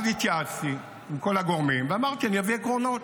ואז התייעצתי עם כל הגורמים ואמרתי: אני אביא עקרונות,